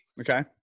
Okay